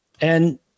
And-